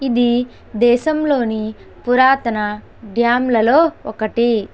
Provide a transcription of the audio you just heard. ఇది దేశంలోని పురాతన డ్యామ్లలో ఒకటి